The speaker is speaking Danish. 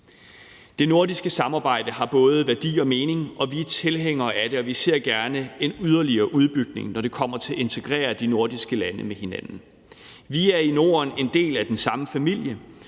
Det nordiske samarbejde har både værdi og mening, og vi er tilhængere af det, og vi ser gerne en yderligere udbygning, når det kommer til at integrere de nordiske lande med hinanden. Vi er i Norden en del af den samme familie,